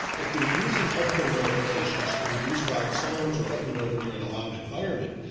if you're using headphone notifications to reduce loud sounds or let you know when you're in a loud environment,